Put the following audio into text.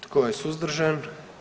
Tko je suzdržan?